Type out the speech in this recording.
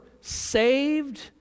saved